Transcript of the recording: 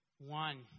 One